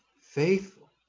faithful